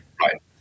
Right